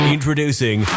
Introducing